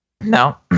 Now